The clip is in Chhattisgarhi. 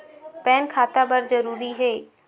पैन खाता बर जरूरी हे?